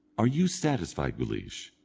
are you satisfied, guleesh,